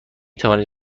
توانید